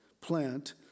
plant